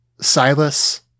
Silas